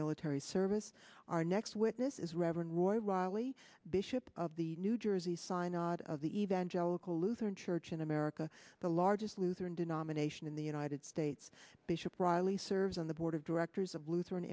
military service our next witness is reverend royle riley bishop of the new jersey sign and of the evangelical lutheran church in america the largest lutheran denomination in the united states bishop riley serves on the board of directors of lutheran